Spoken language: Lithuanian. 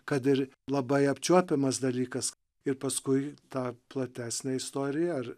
kad ir labai apčiuopiamas dalykas ir paskui ta platesnė istorija ar